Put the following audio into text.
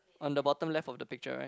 on the bottom left of the picture right